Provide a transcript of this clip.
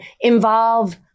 involve